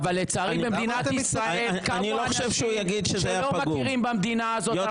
אבל לצערי במדינת ישראל קמו אנשים שלא מכירים במדינה הזאת.